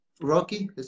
rocky